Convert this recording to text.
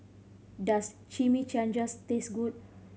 does Chimichangas taste good